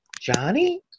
Johnny